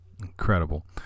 incredible